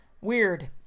Weird